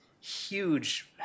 huge